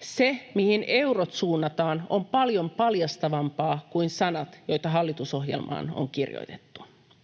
Se, mihin eurot suunnataan, on paljon paljastavampaa kuin sanat, joita hallitusohjelmaan on kirjoitettu.